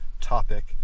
topic